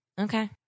Okay